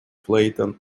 clayton